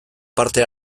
parte